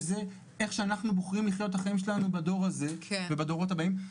שזה איך שאנחנו בוחרים לחיות את החיים שלנו בדור הזה ובדורות הבאים.